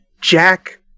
Jack